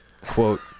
Quote